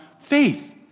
faith